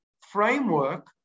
framework